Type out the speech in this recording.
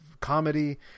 comedy